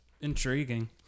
intriguing